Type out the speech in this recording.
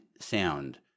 sound